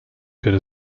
good